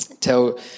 Tell